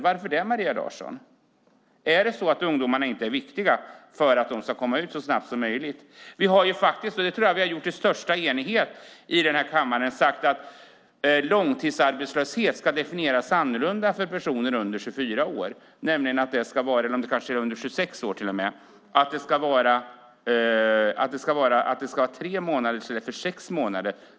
Varför det, Maria Larsson? Är det inte viktigt att ungdomarna kommer i arbete så snabbt som möjligt? Vi har ju i största enighet i den här kammaren sagt att långtidsarbetslöshet ska definieras annorlunda för personer under 26 år. Det ska vara tre månader i stället för sex månader.